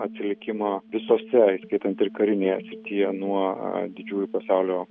atsilikimą visose įskaitant ir karinėje srityje nuo didžiųjų pasaulio